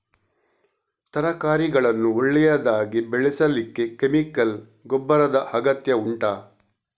ತರಕಾರಿಗಳನ್ನು ಒಳ್ಳೆಯದಾಗಿ ಬೆಳೆಸಲಿಕ್ಕೆ ಕೆಮಿಕಲ್ ಗೊಬ್ಬರದ ಅಗತ್ಯ ಉಂಟಾ